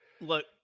Look